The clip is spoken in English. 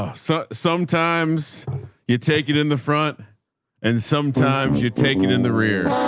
ah so sometimes you'd take it in the front and sometimes you take it in the rear